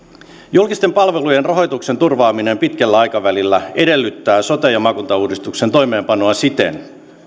julkisten palvelujen rahoituksen turvaaminen pitkällä aikavälillä edellyttää sote ja maakuntauudistuksen toimeenpanoa siten